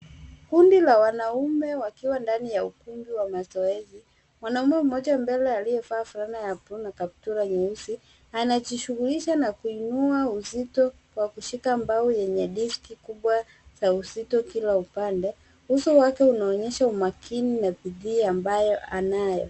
Kundi la wanaume wakiwa ndani ya ukumbi wa mazoezi. Wanaume mmoja mbele aliyevaa fulana ya buluu na kaptura nyeusi anajishughulisha na kuinua uzito wa kushika mbao yenye diski kubwa za uzito kila upande. Uso wake unaonyesha umakini na bidii ambayo anayo.